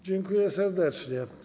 Dziękuję serdecznie.